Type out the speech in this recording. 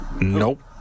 Nope